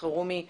אלחרומי וברק.